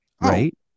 Right